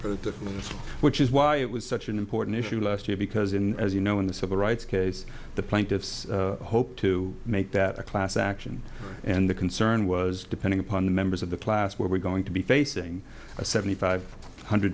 heard that which is why it was such an important issue last year because in as you know in the civil rights case the plaintiffs hoped to make that a class action and the concern was depending upon the members of the class where we're going to be facing a seventy five hundred